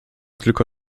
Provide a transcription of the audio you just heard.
tylko